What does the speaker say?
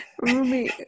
Rumi